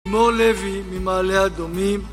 לימור לוי ממעלה אדומים